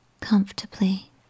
comfortably